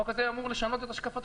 החוק הזה היה אמור לשנות את השקפתכם,